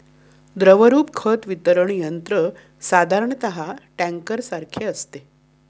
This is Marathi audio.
द्रवरूप खत वितरण यंत्र साधारणतः टँकरसारखे असते